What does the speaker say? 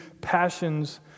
passions